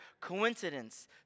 coincidence